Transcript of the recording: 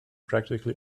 practically